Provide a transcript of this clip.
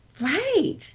Right